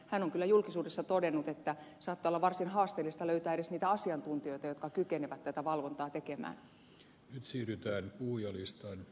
hän on kyllä julkisuudessa todennut että saattaa olla varsin haasteellista löytää edes niitä asiantuntijoita jotka kykenevät tätä valvontaa tekemään